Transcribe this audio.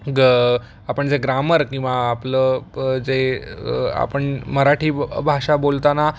ग आपण जे ग्रामर किवा आपलं जे आपण मराठी भाषा बोलताना